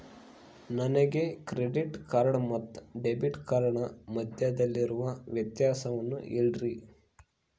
ನನಗೆ credit card ಮತ್ತು debit ಕಾರ್ಡಿನ ಮಧ್ಯದಲ್ಲಿರುವ ವ್ಯತ್ಯಾಸವನ್ನು ಹೇಳ್ರಿ?